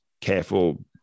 careful